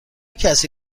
کسی